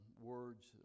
words